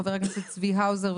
חה"כ צבי האוזר,